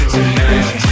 Tonight